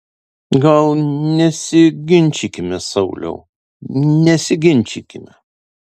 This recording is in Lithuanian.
gal nesiginčykime sauliau nesiginčykime